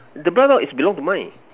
the brown dog is belong to mine